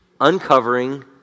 Uncovering